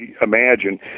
imagine